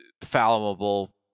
fallible